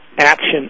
action